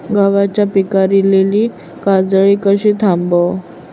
गव्हाच्या पिकार इलीली काजळी कशी थांबव?